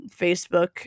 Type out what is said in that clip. Facebook